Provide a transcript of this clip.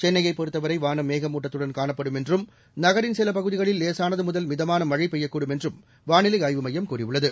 சென்னையப் பொறுத்தவரை வானம் மேகமூட்டத்துடன் காணப்படும் என்றும் நகரின் சில பகுதிகளில் லேசானது முதல் மிதமான மழை பெய்யக்கூடும் என்றும் வானிலை ஆய்வு மையம் கூறியுள்ளது